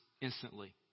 instantly